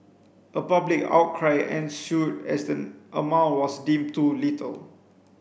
a public outcry ensued as the amount was deemed too little